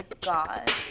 God